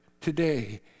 today